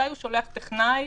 מתי הוא שולח טכנאי